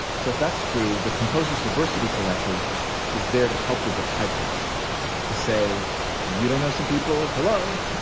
so if that's true, the composer's diversity collective is there to help with the pipeline to say you don't know some people. hello.